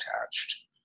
attached